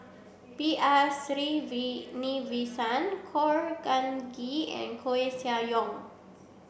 B R Khor Ean Ghee and Koeh Sia Yong